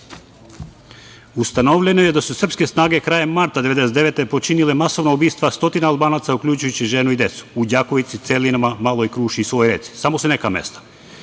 Albance. Ustanovljeno je da su srpske snage krajem marta 1999. godine počinile masovna ubistva stotine Albanaca, uključujući i žene i decu, u Đakovici, Celinama, Maloj Kruši i Suvoj Reci. To su samo neka